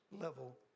level